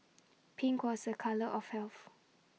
pink was A colour of health